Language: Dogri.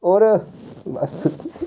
होर बस